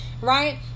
right